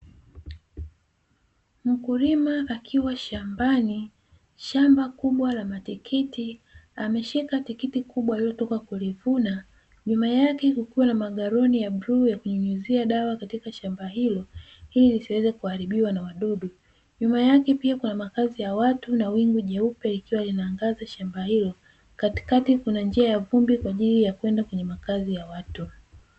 Mkulima akiwa shambani shamba kubwa la matikiti, ameshika tikiti kubwa alilotoka kulivuna. Nyuma yake kukiwa na magaloni ya bluu ya kunyunyuzia dawa katika shamba hilo, ili lisiweze kuharibiwa na wadudu, nyuma yake pia kuna makazi ya watu na wingu jeupe ikiwa linaangaza shamba hilo, katikati kuna njia ya vumbi kwa ajili ya kwenda kwenye makazi ya watu.